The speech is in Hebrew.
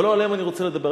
אבל לא עליהם אני רוצה לדבר.